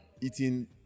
eating